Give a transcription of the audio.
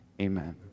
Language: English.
amen